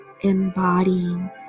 embodying